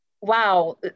Wow